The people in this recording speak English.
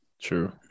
true